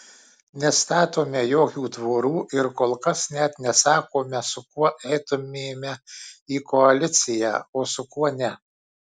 nestatome jokių tvorų ir kol kas net nesakome su kuo eitumėme į koaliciją o su kuo ne